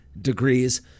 degrees